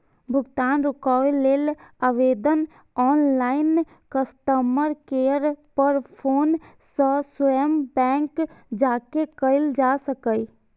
भुगतान रोकै लेल आवेदन ऑनलाइन, कस्टमर केयर पर फोन सं स्वयं बैंक जाके कैल जा सकैए